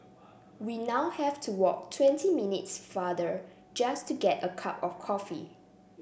we now have to walk twenty minutes farther just to get a cup of coffee